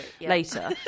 later